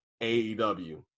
AEW